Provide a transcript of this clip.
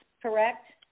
correct